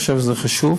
אני חושב שזה חשוב.